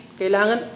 kailangan